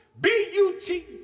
B-U-T